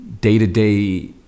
day-to-day